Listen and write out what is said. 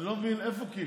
אני לא מבין, איפה קיש?